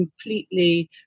completely